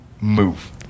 move